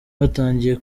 batangiye